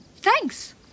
thanks